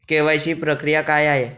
KYC प्रक्रिया काय आहे?